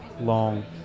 long